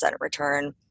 return